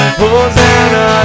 Hosanna